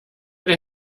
der